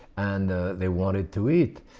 and they wanted to eat.